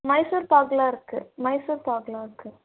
மைசூர்பாக்குலாம் இருக்குது மைசூர்பாக்குலாம் இருக்குது